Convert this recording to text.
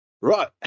Right